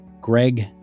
Greg